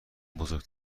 بزرگ